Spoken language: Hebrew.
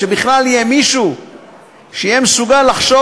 שבכלל יהיה מישהו שיהיה מסוגל לחשוב